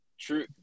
true